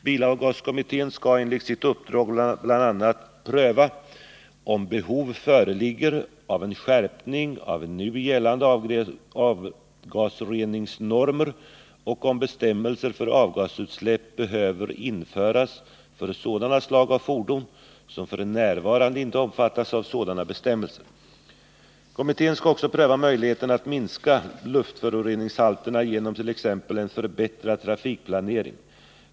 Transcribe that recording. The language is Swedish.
Bilavgaskommittén skall enligt sitt uppdrag bl.a. pröva om behov föreligger av en skärpning av nu gällande avgasreningsnormer och om bestämmelser för avgasutsläpp behöver införas för sådana slag av fordon som f.n. inte omfattas av sådana bestämmelser. Kommittén skall också pröva möjligheterna att minska luftföroreningshalterna genom t.ex. en förbättrad trafikplanering.